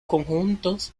conjuntos